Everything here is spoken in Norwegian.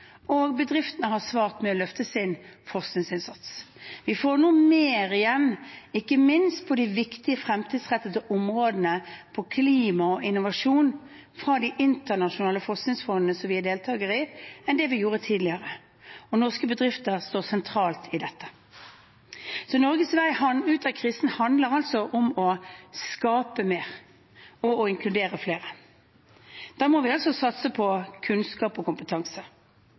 og bedriftene har svart med å løfte sin forskningsinnsats. Vi får nå mer igjen – ikke minst på de viktige fremtidsrettede områdene, på klima og innovasjon – fra de internasjonale forskningsfondene vi er deltaker i, enn det vi gjorde tidligere, og norske bedrifter står sentralt i dette. Norges vei ut av krisen handler altså om å skape mer og inkludere flere. Da må vi satse på kunnskap og kompetanse.